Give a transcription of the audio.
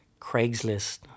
Craigslist